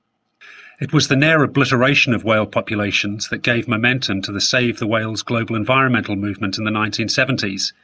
it was the near obliteration of whale populations that gave momentum to the save the whales global environmental movement in the nineteen seventy s.